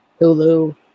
Hulu